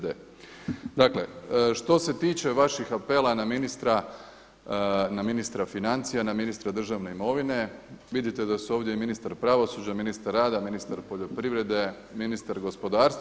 Dakle, što se tiče vaših apela na ministra financija, na ministra državne imovine vidite da su ovdje i ministar pravosuđa, ministar rada, ministar poljoprivrede, ministar gospodarstva.